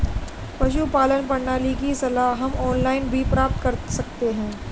पशुपालन प्रणाली की सलाह हम ऑनलाइन भी प्राप्त कर सकते हैं